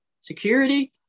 security